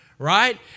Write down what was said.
Right